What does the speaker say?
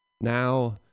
Now